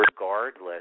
Regardless